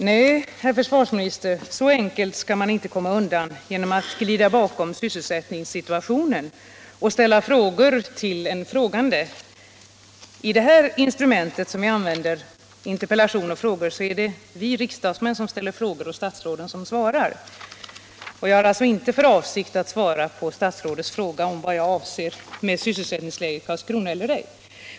Herr talman! Nej, försvarsministern skall inte komma undan så lätt genom att krypa bakom sysselsättningssituationen och ställa frågor till den ledamot som ställt en fråga till honom. I det instrument med interpellationer och frågor som vi här använder är det vi riksdagsledamöter som ställer frågor och statsråden som svarar. Jag har således inte för avsikt att svara på statsrådets fråga vad jag anser om sysselsättningsläget i Karlskrona.